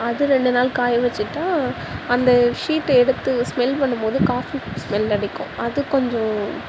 அது ரெண்டு நாள் காய வச்சுட்டா அந்த ஷீட்டை எடுத்து ஸ்மெல் பண்ணும்போது காஃபி ஸ்மெல் அடிக்கும் அது கொஞ்சம்